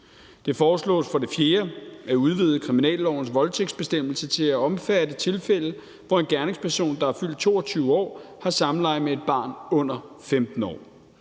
Det foreslås for det fjerde at udvide kriminallovens voldtægtsbestemmelse til at omfatte tilfælde, hvor en gerningsperson, der er fyldt 22 år, har samleje med et barn under 15 år.